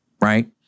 Right